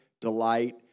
delight